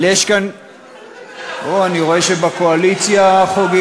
אבל יש כאן, אוה, אני רואה שבקואליציה חוגגים.